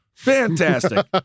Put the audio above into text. Fantastic